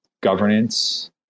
governance